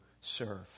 serve